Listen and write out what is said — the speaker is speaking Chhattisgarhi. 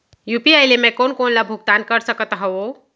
यू.पी.आई ले मैं कोन कोन ला भुगतान कर सकत हओं?